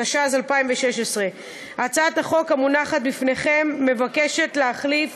התשע"ז 2016. הצעת החוק המונחת בפניכם מבקשת להחליף